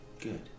good